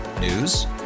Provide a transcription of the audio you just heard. News